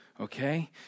Okay